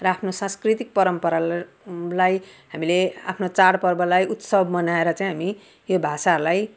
र आफ्नो सांस्कृतिक परम्परालाई हामीले आफ्नो चाडपर्वलाई उत्सव मनाएर चाहिँ हामी यो भाषालाई